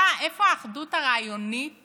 איפה האחדות הרעיונית